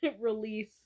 release